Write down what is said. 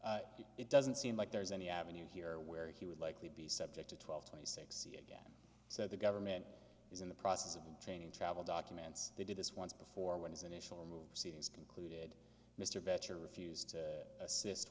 been it doesn't seem like there's any avenue here where he would likely be subject to twelve twenty six c again so the government is in the process of training travel documents they did this once before when his initial remover seedings concluded mr veteran refused to assist